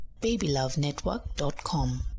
Babylovenetwork.com